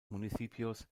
municipios